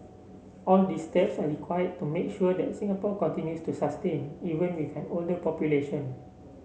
all these steps are required to make sure that Singapore continues to sustain even with an older population